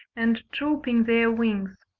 and drooping their wings.